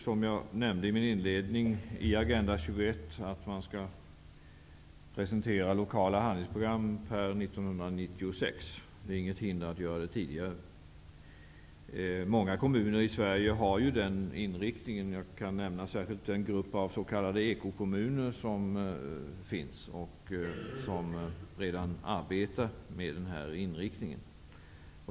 Som jag nämnde inledningsvis står det i Agenda 21 att man skall presentera lokala handlingsprogram per 1996 -- inget hindrar att det görs tidigare. Många kommuner i Sverige har ju den inriktningen. Jag kan nämna särskilt den grupp av s.k. ekokommuner som finns och som alltså redan arbetar med den här inriktningen.